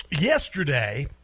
Yesterday